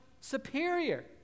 superior